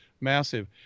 massive